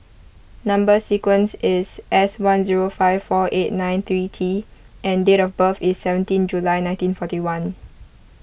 Number Sequence is S one zero five four eight nine three T and date of birth is seventeen July nineteen forty one